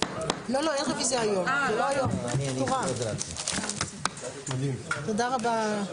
הישיבה ננעלה בשעה 17:45.